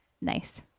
nice